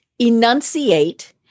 enunciate